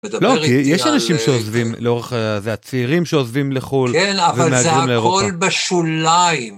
לא כי יש אנשים שעוזבים לאורך זה הצעירים שעוזבים לחול ומהגרים לאירופה. כן אבל זה הכל בשוליים.